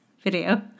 Video